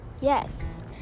Yes